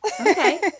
okay